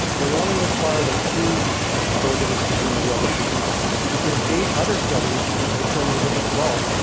they only require that two show a difference between the drug and a and placebo if there's eight other studies that show no difference at all,